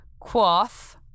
Quoth